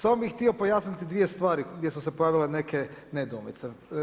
Samo bih htio pojasniti dvije stvari gdje su se pojavile neke nedoumice.